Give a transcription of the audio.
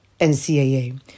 NCAA